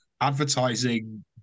advertising